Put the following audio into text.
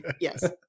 Yes